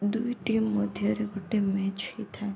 ଦୁଇ ଟିମ୍ ମଧ୍ୟରେ ଗୋଟେ ମ୍ୟାଚ୍ ହେଇଥାଏ